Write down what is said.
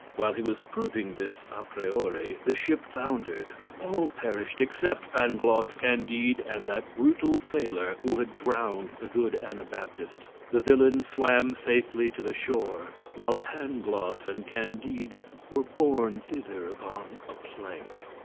while he was proving this a ah priori, the ship foundered all perished except pangloss, candide, and that brutal sailor who had drowned the good anabaptist. the villain swam safely to the shore, while pangloss and candide were borne thither upon a plank.